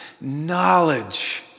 knowledge